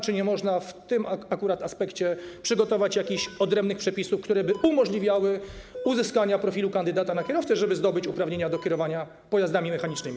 Czy nie można w tym akurat aspekcie przygotować jakichś odrębnych przepisów, które by umożliwiały uzyskanie profilu kandydata na kierowcę, żeby zdobyć uprawnienia do kierowania pojazdami mechanicznymi?